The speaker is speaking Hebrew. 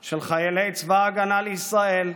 של חיילי צבא הגנה לישראל,